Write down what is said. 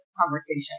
conversation